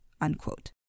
Unquote